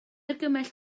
argymell